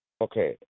Okay